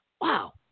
wow